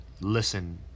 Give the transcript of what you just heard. listen